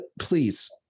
please